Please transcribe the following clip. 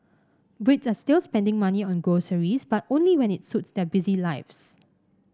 Brits are still spending money on groceries but only when it suits their busy lives